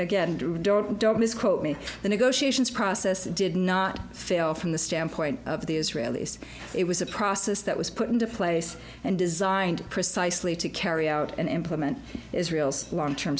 again don't misquote me the negotiations process did not fail from the standpoint of the israelis it was a process that was put into place and designed precisely to carry out and implement israel's long term